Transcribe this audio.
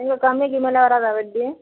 இன்னும் கம்மிக்கு மேலே வராதா வட்டி